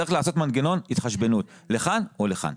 צריך לעשות מנגנון התחשבנות לכאן או לכאן.